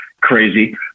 crazy